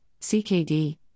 CKD